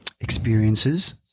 experiences